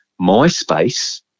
MySpace